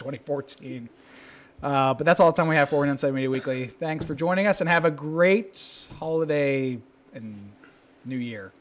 twenty four but that's all the time we have for inside me weekly thanks for joining us and have a great holiday and new year